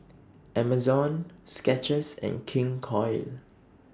Amazon Skechers and King Koil